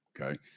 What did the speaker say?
Okay